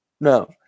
No